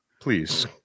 please